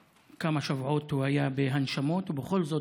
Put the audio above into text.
כמה שבועות הוא היה בהנשמות, ובכל זאת,